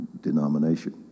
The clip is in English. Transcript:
denomination